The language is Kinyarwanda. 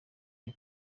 byo